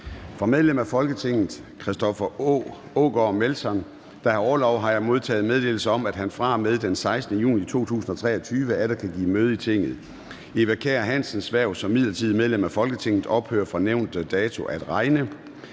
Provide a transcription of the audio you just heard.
Fra medlem af Folketinget Christoffer Aagaard Melson (V), der har orlov, har jeg modtaget meddelelse om, at han fra og med den 16. juni 2023 atter kan give møde i Tinget. Eva Kjer Hansens (V) hverv som midlertidigt medlem af Folketinget ophører fra nævnte dato at regne.